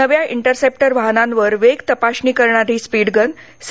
नव्या interceptor वाहनांवर वेग तपासणी करणारी स्पीड गन सी